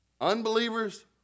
Unbelievers